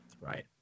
right